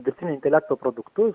dirbtinio intelekto produktus